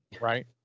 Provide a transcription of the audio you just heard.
right